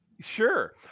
Sure